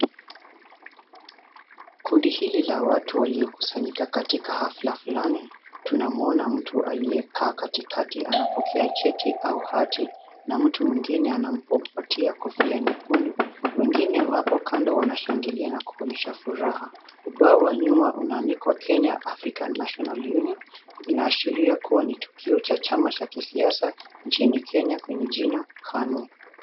Kundi hili la watu waliokusanyika katika hafla flani tunaona mtu aliyekaa katikati akipokea cheti au hati na mtu mwingine anampatia kofia nyekundu wengine wapo kando, wanashangilia na kuonyesha furaha, ubao wa nyuma umeandikwa Kenyan African National Union inaashiria kuwa ni tukio cha chama la kisiasa nchini Kenya kwenye jina KANU.